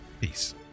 Peace